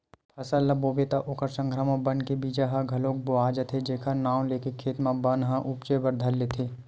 फसल ल बोबे त ओखर संघरा म बन के बीजा ह घलोक बोवा जाथे जेखर नांव लेके खेत म बन ह उपजे बर धर लेथे